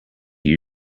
you